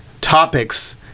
topics